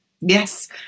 Yes